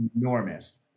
enormous